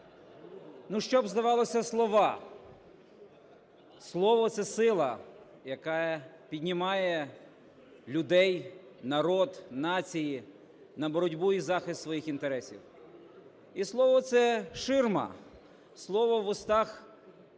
Ну щоб, здавалося, слова? Слово – це сила, яка піднімає людей, народ, нації на боротьбу і захист своїх інтересів. І слово – це ширма, слово в устах фарисеїв